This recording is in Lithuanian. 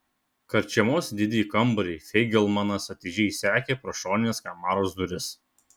karčiamos didįjį kambarį feigelmanas atidžiai sekė pro šonines kamaros duris